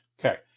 Okay